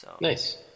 Nice